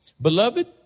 Beloved